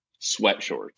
sweatshorts